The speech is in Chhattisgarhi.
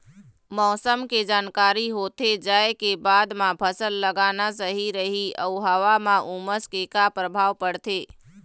मौसम के जानकारी होथे जाए के बाद मा फसल लगाना सही रही अऊ हवा मा उमस के का परभाव पड़थे?